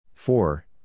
Four